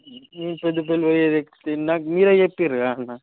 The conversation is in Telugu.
నేను పెద్దపల్లికి పోయే ఎక్కితే ఇందాక మీరే చెప్పారు కదా అన్న